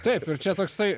taip ir čia toksai